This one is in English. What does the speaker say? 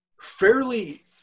fairly